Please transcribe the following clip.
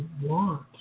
want